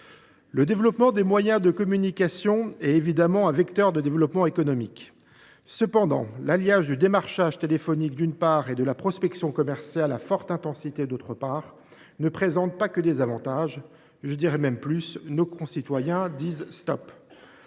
Le développement des moyens de communication est évidemment un vecteur de développement économique. Cependant, l’alliage du démarchage téléphonique, d’une part, et de la prospection commerciale à forte intensité, de l’autre, ne présente pas que des avantages. Je dirai même plus : nos concitoyens disent stop